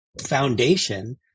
foundation